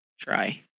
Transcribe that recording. Try